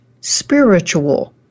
spiritual